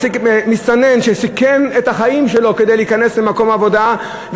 מסתנן שסיכן את החיים שלו כדי להיכנס למקום עבודה,